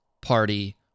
party